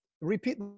repeat